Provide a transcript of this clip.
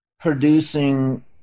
producing